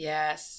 Yes